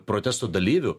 protesto dalyvių